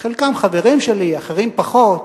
חלקם חברים שלי, אחרים פחות.